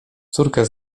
córkę